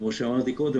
וכמו שאמרתי קודם,